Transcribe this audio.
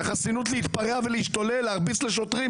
החסינות להתפרע ולהשתולל, להרביץ לשוטרים?